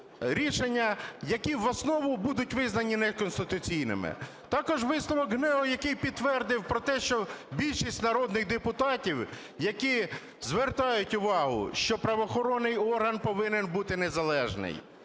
рішення, які в основі будуть визнані неконституційними. Також висновок ГНЕУ, який підтвердив про те, що більшість народних депутатів, які звертають увагу, що правоохоронний орган повинен бути незалежний.